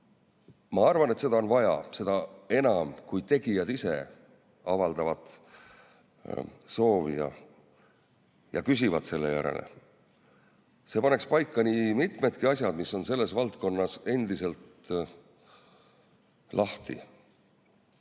Ma arvan, et seda on vaja, seda enam, kui tegijad ise avaldavad soovi ja küsivad selle järele. See paneks paika nii mitmedki asjad, mis on selles valdkonnas endiselt lahtised.